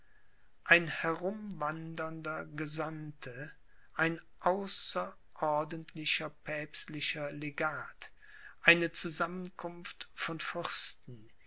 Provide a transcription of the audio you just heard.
ein herumwandernder gesandte ein außerordentlicher päpstlicher legat eine zusammenkunft von fürsten